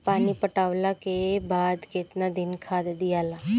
पानी पटवला के बाद केतना दिन खाद दियाला?